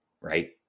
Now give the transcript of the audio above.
right